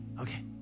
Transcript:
okay